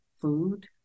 food